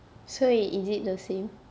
所以 is it the same